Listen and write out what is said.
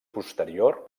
posterior